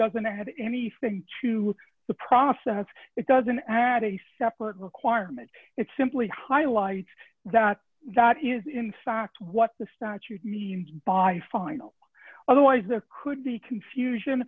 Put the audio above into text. doesn't have anything to the process it doesn't add a separate requirement it simply highlights that that is in fact what the statute means by final otherwise there could be confusion